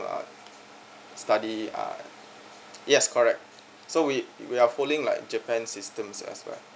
uh study uh yes correct so we we are following like japan systems as well